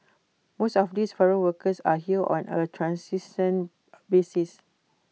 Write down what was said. most of these foreign workers are here on A transient basis